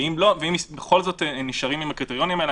ואם בכל זאת נשארים בקריטריונים האלה,